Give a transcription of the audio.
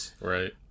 Right